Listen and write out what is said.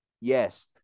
yes